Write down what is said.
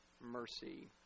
mercy